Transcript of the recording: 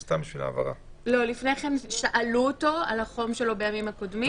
אדם שאינו עוטה מסיכה והמחויב בעטיית מסיכה,